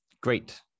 great